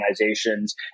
organizations